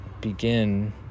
begin